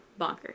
bonkers